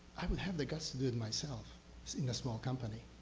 i would have the guts to do it myself in a small company.